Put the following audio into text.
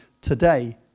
today